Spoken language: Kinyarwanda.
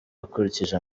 akurikije